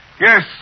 Yes